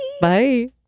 bye